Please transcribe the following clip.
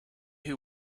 who